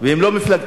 והם לא מפלגתי.